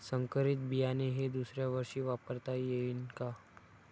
संकरीत बियाणे हे दुसऱ्यावर्षी वापरता येईन का?